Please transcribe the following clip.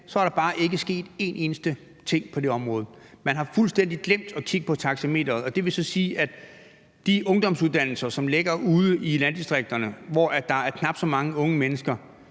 hen er der bare ikke sket en eneste ting på det område. Man har fuldstændig glemt at kigge på taxameteret. Det vil så sige, at de ungdomsuddannelser, som ligger ude i landdistrikterne, hvor der er knap så mange unge mennesker,